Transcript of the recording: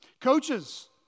Coaches